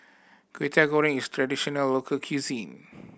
Kway Teow Goreng is a traditional local cuisine